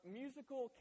musical